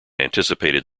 anticipated